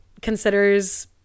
considers